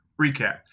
recap